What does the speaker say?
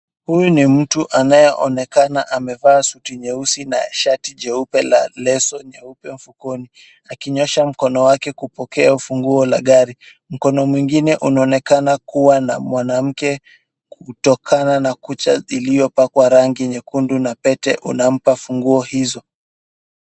Huyu ni mtu anayeonekana amevaa suti nyeusi na shati jeupe lenye leso nyeupe mfukoni akinyoosha mkono wake kupokea ufunguo wa gari. Mkono mwengine unaonekana kuwa wa mwanamke kutokana na kucha iliyopakwa rangi nyekundu na pete unaompa ufunguo hizo.